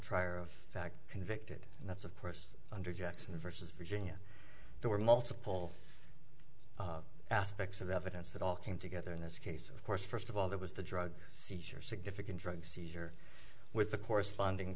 trier of fact convicted and that's of course under jackson versus virginia there were multiple aspects of evidence that all came together in this case of course first of all there was the drug seizure significant drug seizure with a corresponding